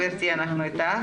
בבקשה, גברתי, אנחנו איתך.